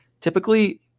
typically